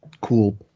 cool